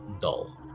dull